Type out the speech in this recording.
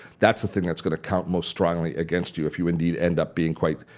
that's the thing that's going to count most strongly against you if you indeed end up being quite,